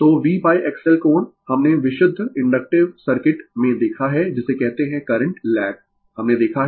तो VXL कोण हमने विशुद्ध इंडक्टिव सर्किट में देखा है जिसे कहते है करंट लैग हमने देखा है